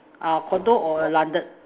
uh condo or landed